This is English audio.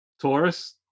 Taurus